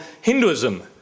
Hinduism